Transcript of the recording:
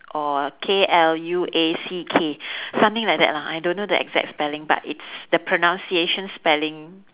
or K L U A C K something like that lah I don't know the exact spelling but it's the pronunciation spelling